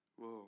Whoa